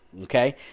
Okay